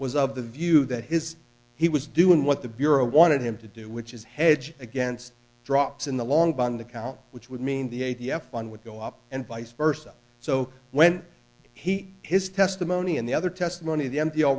was of the view that his he was doing what the bureau wanted him to do which is hedge against drops in the long bond account which would mean the a t f one would go up and vice versa so when he his testimony and the other testimony the m